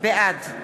אני לוקח את זה,